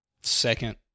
second